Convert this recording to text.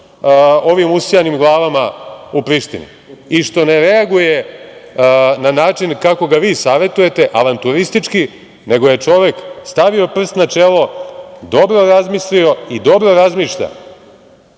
ovim usijanim glavama u Prištini i što ne reaguje na način kako ga vi savetujete, avanturistički, nego je čovek stavio prst na čelo, dobro razmislio i dobro razmišlja